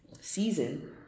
season